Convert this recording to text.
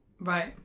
Right